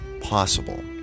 possible